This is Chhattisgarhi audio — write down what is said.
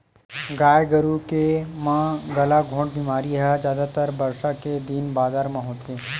गाय गरु के म गलाघोंट बेमारी ह जादातर बरसा के दिन बादर म होथे